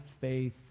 faith